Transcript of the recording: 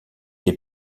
les